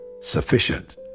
Sufficient